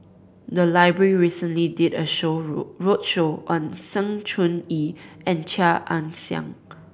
the library recently did a show road roadshow on Sng Choon Yee and Chia Ann Siang